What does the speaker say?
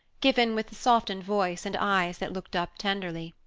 given with a softened voice and eyes that looked up tenderly.